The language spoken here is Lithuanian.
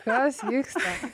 kas vyksta